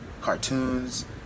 cartoons